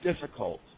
difficult